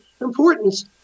importance